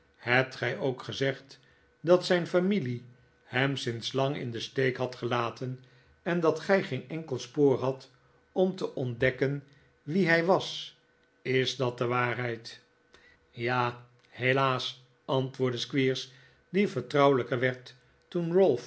hebt gij ook gezegd dat zijn familie hem sinds lang in den steek had gelaten en dat gij geen enkel spoor hadt om te ontdekken wie hij was is dat de waarheid ja helaas antwoordde squeers die vertrouwelijker werd toen